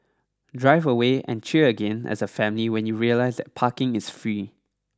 drive away and cheer again as a family when you realise that parking is free